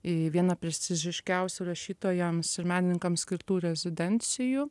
į vieną prestižiškiausių rašytojams ir menininkams skirtų rezidencijų